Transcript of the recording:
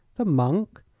the monk?